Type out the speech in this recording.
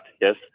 yes